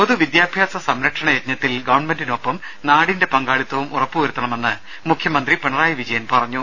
പൊതുവിദ്യാഭ്യാസ സംരക്ഷണ യജ്ഞത്തിൽ ഗവൺമെൻറിനൊപ്പം നാടിന്റെ പങ്കാളിത്തവും ഉറപ്പുവരുത്തണമെന്ന് മുഖ്യമന്ത്രി പിണറായി വിജയൻ പറഞ്ഞു